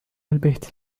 البيت